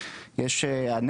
A,B,C,D,E,